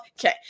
Okay